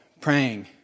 praying